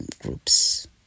groups